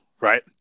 Right